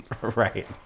right